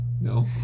No